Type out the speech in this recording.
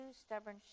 stubborn